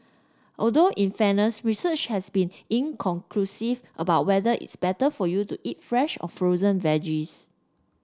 although in fairness research has been inconclusive about whether it's better for you to eat fresh or frozen veggies